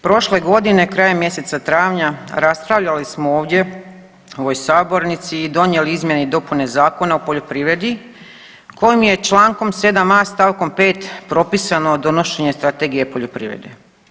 Prošle godine krajem mjeseca travnja raspravljali smo ovdje u ovoj sabornici i donijeli izmjene i dopune Zakona o poljoprivredi kojim je čl. 7.a st. 5. propisano donošenje Strategije poljoprivrede.